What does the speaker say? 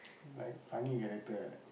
like funny character like that